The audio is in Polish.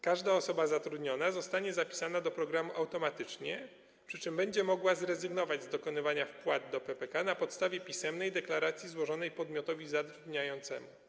Każda osoba zatrudniona zostanie zapisana do programu automatycznie, przy czym będzie mogła zrezygnować z dokonywania wpłat do PPK na podstawie pisemnej deklaracji złożonej podmiotowi zatrudniającemu.